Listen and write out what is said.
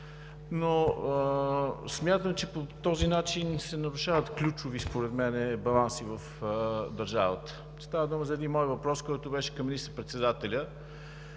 но смятам, че по този начин се нарушават според мен ключови баланси в държавата. Става дума за един мой въпрос, който беше към министър-председателя